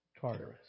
Tartarus